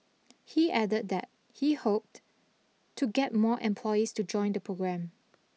he added that he hoped to get more employees to join the programme